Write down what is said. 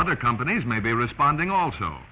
other companies may be responding also